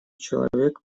человек